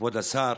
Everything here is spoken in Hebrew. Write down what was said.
כבוד השר,